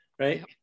right